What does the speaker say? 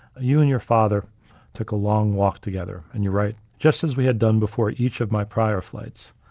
you and your father took a long walk together, and you're write, just as we had done before each of my prior flights,